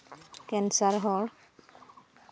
cancer ᱦᱚᱲ